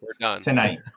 tonight